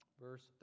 verse